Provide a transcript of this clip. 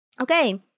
okay